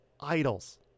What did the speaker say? idols